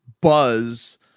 buzz